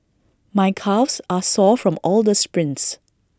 my calves are sore from all the sprints